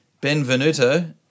Benvenuto